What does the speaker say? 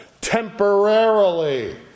temporarily